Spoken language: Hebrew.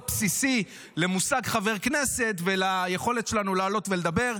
בסיסי למושג חבר כנסת וליכולת שלנו לעלות ולדבר,